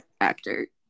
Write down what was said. actor